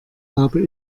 habe